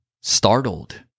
Startled